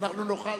אנחנו נוכל